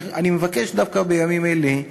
אני מבקש, דווקא בימים אלה,